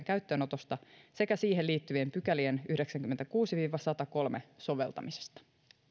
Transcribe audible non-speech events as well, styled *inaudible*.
*unintelligible* käyttöönotosta sekä siihen liittyvien pykälien yhdeksänkymmentäkuusi viiva satakolme soveltamisesta